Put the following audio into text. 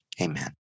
amen